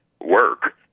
work